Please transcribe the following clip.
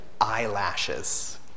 eyelashes